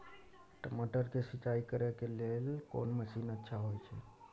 टमाटर के सिंचाई करे के लेल कोन मसीन अच्छा होय है